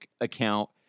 account